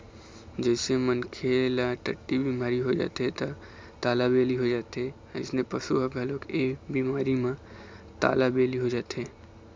जइसे मनखे ल टट्टी बिमारी हो जाथे त तालाबेली हो जाथे अइसने पशु ह घलोक ए बिमारी म तालाबेली हो जाथे